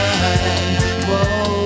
Whoa